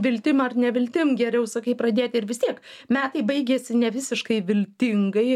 viltim ar neviltim geriau sakai pradėti ir vis tiek metai baigėsi ne visiškai viltingai